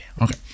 Okay